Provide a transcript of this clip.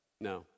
No